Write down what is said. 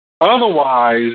Otherwise